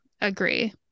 agree